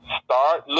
start